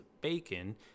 Bacon